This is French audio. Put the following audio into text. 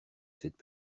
cette